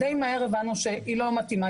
די מהר הבנו שהיא לא מתאימה,